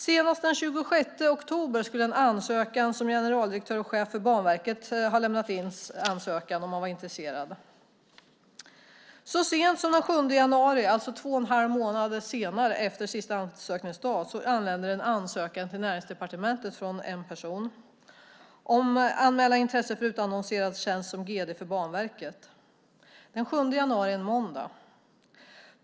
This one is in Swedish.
Senast den 26 oktober skulle en ansökan beträffande tjänsten som generaldirektör och chef för Banverket ha lämnats in av intresserade. Så sent som den 7 januari, två och en halv månad efter sista ansökningsdag, anländer en ansökan till Näringsdepartementet från en person som anmäler intresse för en utannonserad tjänst som gd för Banverket. Den 7 januari är en måndag.